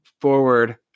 forward